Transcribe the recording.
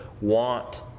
want